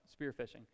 spearfishing